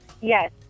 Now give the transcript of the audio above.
Yes